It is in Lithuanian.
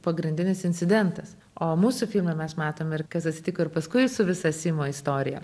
pagrindinis incidentas o mūsų filme mes matom ir kas atsitiko ir paskui su visa simo istorija